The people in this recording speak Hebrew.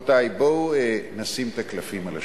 רבותי, בואו נשים את הקלפים על השולחן.